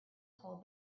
told